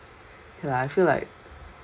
K lah I feel like